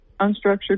unstructured